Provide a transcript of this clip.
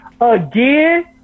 again